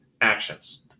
actions